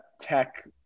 tech